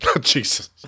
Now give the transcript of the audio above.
Jesus